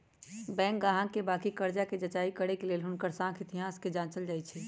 bank गाहक के बाकि कर्जा कें जचाई करे के लेल हुनकर साख इतिहास के जाचल जाइ छइ